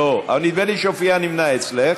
נמנעה, אבל נדמה לי שהופיע נמנע אצלך.